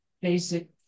basic